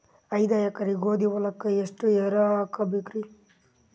ಐದ ಎಕರಿ ಗೋಧಿ ಹೊಲಕ್ಕ ಎಷ್ಟ ಯೂರಿಯಹಾಕಬೆಕ್ರಿ?